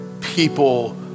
people